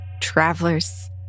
travelers